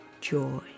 joy